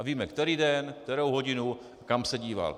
Víme který den, kterou hodinu a kam se díval.